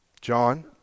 John